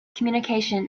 communication